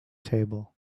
table